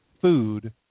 food